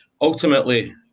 Ultimately